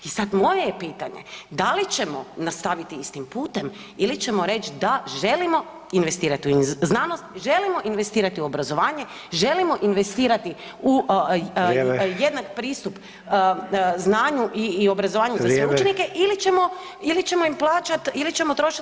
I sada moje je pitanje, da li ćemo nastaviti istim putem ili ćemo reći da, želimo investirati u znanost, želimo investirati u obrazovanja, želimo investirali u jednak pristup znanju i obrazovanju za sve učenike ili ćemo trošiti na neke druge